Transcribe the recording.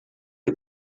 que